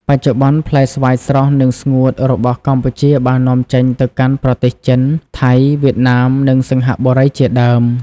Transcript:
បច្ចុប្បន្ន ផ្លែស្វាយស្រស់ និងស្ងួតរបស់កម្ពុជាបាននាំចេញទៅកាន់ប្រទេសចិន ថៃ វៀតណាម និងសិង្ហបុរីជាដើម។